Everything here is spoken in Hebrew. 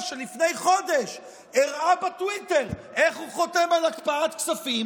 שלפני חודש הוא הראה בטוויטר איך הוא חותם על הקפאת כספים,